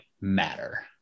matter